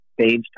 stage